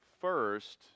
First